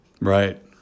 Right